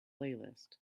playlist